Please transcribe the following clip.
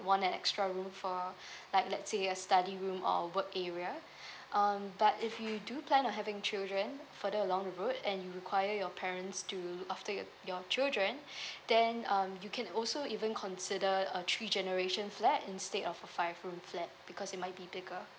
want an extra room for like let's say a study room or work area um but if you do plan on having children further along the route and you require your parents to look after your your children then um you can also even consider a three generation flat instead of a five room flat because it might be bigger